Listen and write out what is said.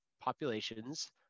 populations